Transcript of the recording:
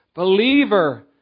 Believer